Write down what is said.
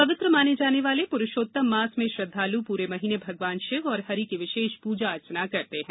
पवित्र माने जाने वाले पुरूषोत्तम मास में श्रद्धालु पूरे महीने भगवान शिव और हरि की विशेष पूजा अर्चना करते हैं